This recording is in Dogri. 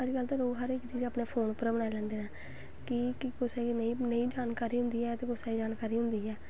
अज्ज कल ते लोग हर चीज़ अपने फोन पर दा बनाई लैंदे न का केह् कुसै गी नेईं जानकारी होंदी ऐ ते कुसै गी होंदी ऐ